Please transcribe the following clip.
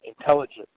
intelligence